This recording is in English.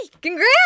congrats